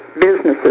businesses